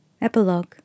Epilogue